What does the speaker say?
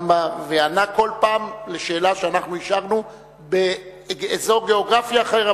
וענה כל פעם על שאלה שאנחנו אישרנו באותו נושא אבל באזור גיאוגרפי אחר,